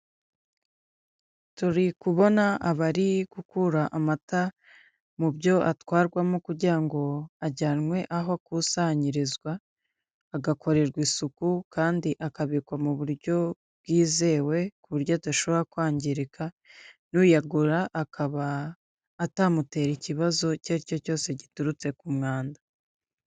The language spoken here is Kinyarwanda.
Turi kubona abari gukura amata mu byo atwarwamo kugira ngo ajyanwe aho akusanyirizwa agakorerwa isuku kandi akabikwa mu buryo bwizewe ku buryo adashobora kwangirika n'uyagura akaba atamutera ikibazo icyo ari cyo cyose giturutse ku mwanda.